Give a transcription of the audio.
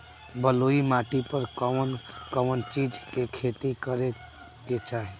बलुई माटी पर कउन कउन चिज के खेती करे के चाही?